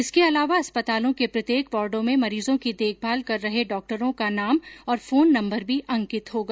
इसके अलावा अस्पतालों के प्रत्येक वार्डों में मरीजों की देखभाल कर रहे डॉक्टरों का नाम और फोन नम्बर भी अंकित होगा